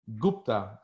Gupta